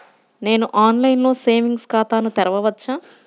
నేను ఆన్లైన్లో సేవింగ్స్ ఖాతాను తెరవవచ్చా?